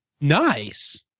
Nice